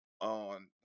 on